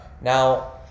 Now